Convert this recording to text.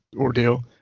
ordeal